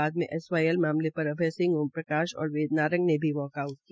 बाद में एसवाईएल मामले पर अभय सिंह ओम प्रकश और वेद नारंग ने भी वाकआउट किया